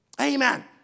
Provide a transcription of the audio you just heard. Amen